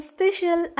Special